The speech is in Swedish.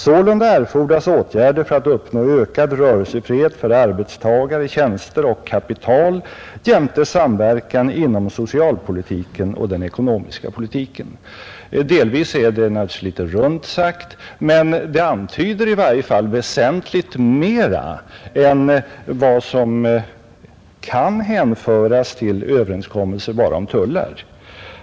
Sålunda erfordras åtgärder för att uppnå ökad rörelsefrihet för arbetstagare, tjänster och kapital jämte samverkan inom socialpolitiken och den ekonomiska politiken.” Naturligtvis är det litet runt sagt, men det antyder i alla fall väsentligt mer än vad som kan hänföras till bara en överenskommelse om tullar.